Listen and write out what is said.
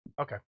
Okay